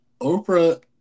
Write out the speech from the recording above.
Oprah